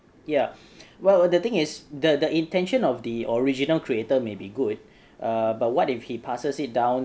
ya well the thing is the the intention of the original creator may be good err but what if he passes it down